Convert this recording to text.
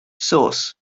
source